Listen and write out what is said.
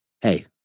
Hey